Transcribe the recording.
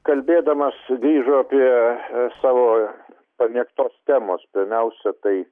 kalbėdamas sugrįžo prie savo pamėgtos temos pirmiausia tai